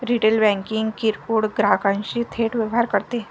retail banking किरकोळ ग्राहकांशी थेट व्यवहार करते